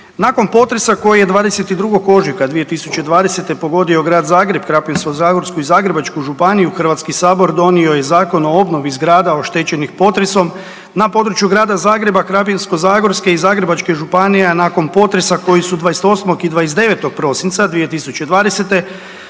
Nakon potresa koji je 22. ožujka 2020. pogodio Grad Zagreb, Krapinsko-zagorsku i Zagrebačku županiju, HS donio je Zakon o obnovi zgrada oštećenih potresom, na području Grada Zagreba, Krapinsko-zagorske i Zagrebačke županije, a nakon potresa koji su 28. i 29. prosinca 2020.